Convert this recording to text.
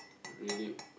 really